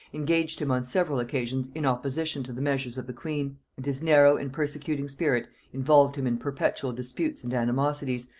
engaged him on several occasions in opposition to the measures of the queen and his narrow and persecuting spirit involved him in perpetual disputes and animosities,